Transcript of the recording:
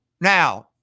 Now